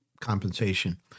compensation